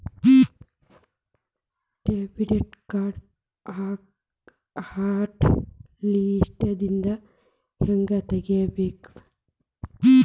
debit ಕಾರ್ಡ್ನ hot ಲಿಸ್ಟ್ನಿಂದ ಹೆಂಗ ತೆಗಿಬೇಕ